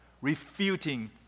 refuting